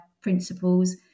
principles